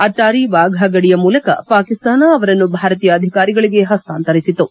ಆಟ್ಟಾರಿ ವಾಘಾ ಗಡಿಯ ಮೂಲಕ ಪಾಕಿಸ್ತಾನ ಅವರನ್ನು ಭಾರತೀಯ ಅಧಿಕಾರಿಗಳಿಗೆ ಪಸ್ತಾಂತರಿಸಿತು